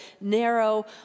narrow